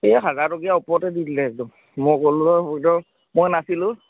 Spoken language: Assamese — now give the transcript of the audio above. এই হাজাৰ টকীয়া ওপৰতে দি দিলে একদম মই গ'লো হয় কিন্তু মই নাছিলোঁ